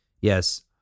yes